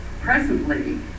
presently